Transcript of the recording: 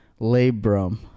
labrum